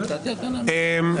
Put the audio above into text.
אוקיי,